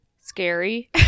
scary